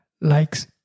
likes